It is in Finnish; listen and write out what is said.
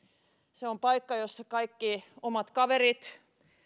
se on paikka jossa kaikki omat kaverit